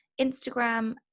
Instagram